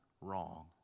wrong